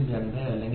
02 അല്ലെങ്കിൽ 40